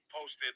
posted